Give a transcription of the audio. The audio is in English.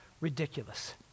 ridiculous